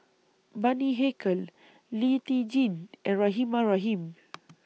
Bani Haykal Lee Tjin and Rahimah Rahim